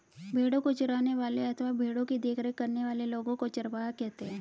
भेड़ों को चराने वाले अथवा भेड़ों की देखरेख करने वाले लोगों को चरवाहा कहते हैं